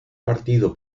partido